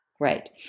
Right